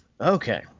Okay